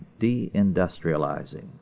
deindustrializing